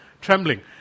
trembling